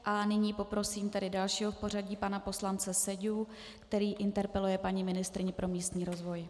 A nyní poprosím tedy dalšího v pořadí, pana poslance Seďu, který interpeluje paní ministryni pro místní rozvoj.